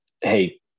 Hey